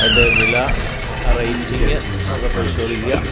അതിൻ്റെ വില ആ റേയ്റ്റിങ്ങ് ഒക്കെ പരിശോധിക്കുക